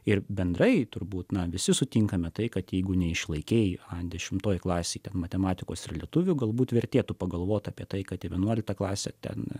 ir bendrai turbūt na visi sutinkame tai kad jeigu neišlaikei dešimtoj klasei matematikos ir lietuvių galbūt vertėtų pagalvoti apie tai kad vienuoliktą klasę ten